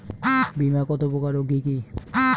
বীমা কত প্রকার ও কি কি?